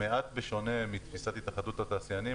מעט בשונה מתפיסת התאחדות התעשיינים,